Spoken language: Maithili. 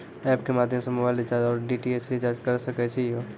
एप के माध्यम से मोबाइल रिचार्ज ओर डी.टी.एच रिचार्ज करऽ सके छी यो?